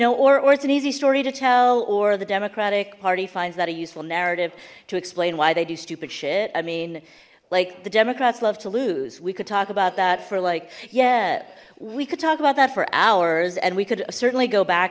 know or it's an easy story to tell or the democratic party finds that a useful narrative to explain why they do stupid shit i mean like the democrats love to lose we could talk about that for like yeah we could talk about that for hours and we could certainly go back